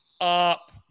up